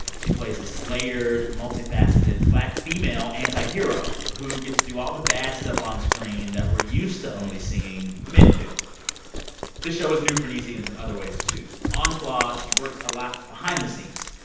she plays this layered, multifaceted black female anti-hero, who gets to do all the bad stuff on screen that we're used to only seeing men do this show is new for niecy in some other ways, too. on claws, she works a lot behind the scenes,